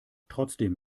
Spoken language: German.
trotzdem